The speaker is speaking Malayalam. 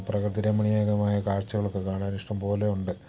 പ്രകൃതിരമണീയമായ കാഴ്ച്ചകളൊക്കെ കാണാൻ ഇഷ്ടംപോലെ ഉണ്ട്